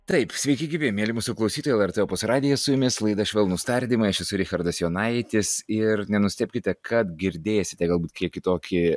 taip sveiki gyvi mieli mūsų klausytojai lrt opus radijas su jumis laida švelnūs tardymai aš esu richardas jonaitis ir nenustebkite kad girdėsite galbūt kiek kitokį